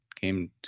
came